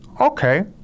okay